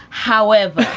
however,